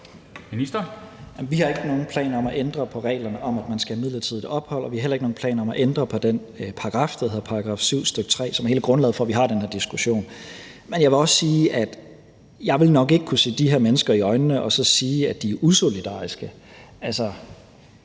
nogen planer om at ændre på reglerne om, at man skal have midlertidigt ophold, og vi har heller ikke nogen planer om at ændre på § 7, stk. 3, som er hele grundlaget for, at vi har den her diskussion. Men jeg vil også sige, at jeg nok ikke vil kunne se de her mennesker i øjnene og sige, at de er usolidariske.